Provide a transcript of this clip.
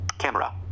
Camera